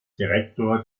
direktor